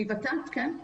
כן, מות"ת.